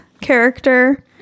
character